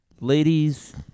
Ladies